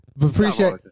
appreciate